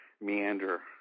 meander